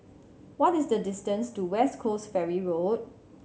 what is the distance to West Coast Ferry Road